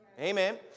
Amen